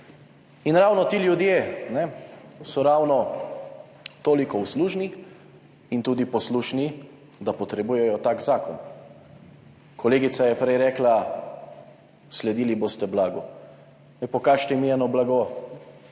In ravno ti ljudje so ravno toliko uslužni in tudi poslušni, da potrebujejo tak zakon. Kolegica je prej rekla, sledili boste blagu. Pokažite mi eno blago,